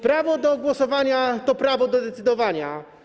Prawo do głosowania to prawo do decydowania.